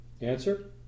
Answer